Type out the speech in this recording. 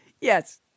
Yes